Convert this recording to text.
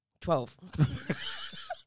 Twelve